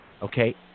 Okay